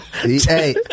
Hey